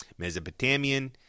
Mesopotamian